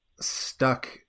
stuck